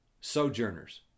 sojourners